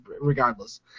regardless